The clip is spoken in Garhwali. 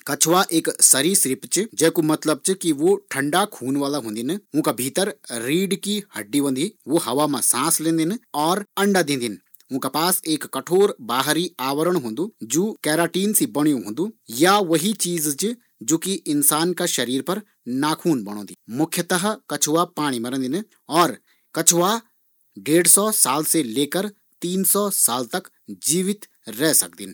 कछुवा एक सरीसृप च, जे कु मतलब च कि वू ठंडा खून वाला होदिन। उंका भीतर रीढ़ की हड्डी होंदी, उस हवा मा सांस लिदिन और अंडा दिंदिन। उंका पास एक कठोर बाहरी आवरण होन्दु जु केराटीन सी बणयु होन्दु, या वही चीज च ज्वा इंसान का शरीर पर नाख़ून बणोदि। कछुवा डेड सौ से तीन सौ साल तक जीवित रंदिन।